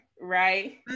right